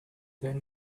then